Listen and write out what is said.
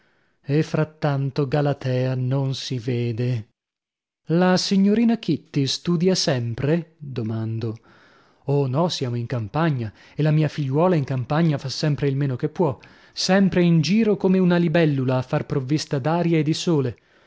e frattanto galatea non si vede la signorina kitty studia sempre domando oh no siamo in campagna e la mia figliuola in campagna fa sempre il meno che può sempre in giro come una libellula a far provvista d'aria e di sole